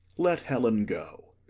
let helen go.